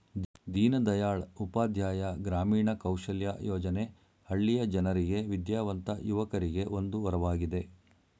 ದೀನದಯಾಳ್ ಉಪಾಧ್ಯಾಯ ಗ್ರಾಮೀಣ ಕೌಶಲ್ಯ ಯೋಜನೆ ಹಳ್ಳಿಯ ಜನರಿಗೆ ವಿದ್ಯಾವಂತ ಯುವಕರಿಗೆ ಒಂದು ವರವಾಗಿದೆ